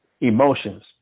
emotions